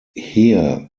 here